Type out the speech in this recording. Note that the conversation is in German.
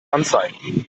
anzeigen